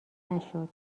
نشد